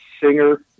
Singer